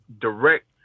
direct